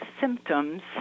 symptoms